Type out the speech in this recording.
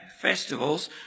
festivals